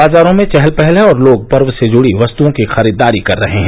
बाजारो में चहल पहल है और लोग पर्व से जुड़ी वस्तुओं की खरीददारी कर रहे हैं